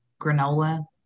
granola